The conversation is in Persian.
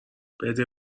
بده